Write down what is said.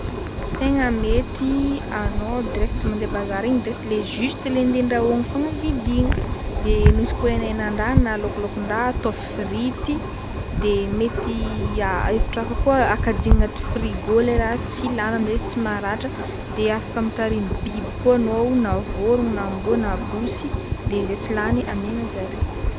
Tegna mety anao direct mandeha bazary igny de le juste le 'ndeha andrahoagna fogna vidiagna de misy koa henahenan-draha na laokolaokon-draha atao frity de mety hevitry hafa koa afaka akajiagna agnaty frigo lay raha tsy lany amizay izy tsy maratra de afaka mitarimy biby koa anao na vôrogno na amboa na bosy de zay tsy lany amiana zare.